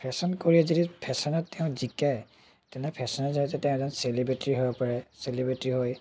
fashion কৰি যদি ফেশ্বনত তেওঁ জিকে তেনে ফেশ্বনত জৰিয়তে তেওঁ এজন চেলিব্ৰেটি হৈ পৰে চেলিব্ৰেটি হৈ